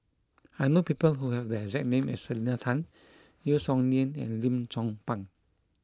I know people who have the exact name as Selena Tan Yeo Song Nian and Lim Chong Pang